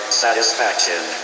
satisfaction